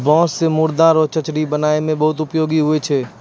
बाँस से मुर्दा रो चचरी बनाय मे बहुत उपयोगी हुवै छै